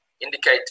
indicate